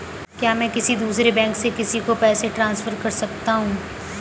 क्या मैं किसी दूसरे बैंक से किसी को पैसे ट्रांसफर कर सकता हूँ?